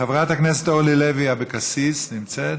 חברת הכנסת אורלי לוי אבקסיס, נמצאת?